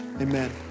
Amen